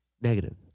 Negative